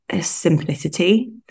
simplicity